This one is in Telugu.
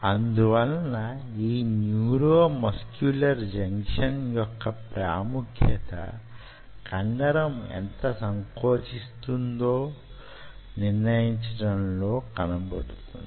అందువలన ఈ న్యూరోమస్క్యులర్ జంక్షన్ యొక్క ప్రాముఖ్యత కండరం ఎంత సంకోచిస్తుందో నిర్ణయించడంలో కనబడుతుంది